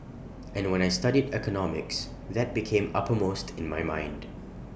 and when I studied economics that became uppermost in my mind